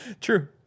True